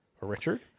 Richard